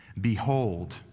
behold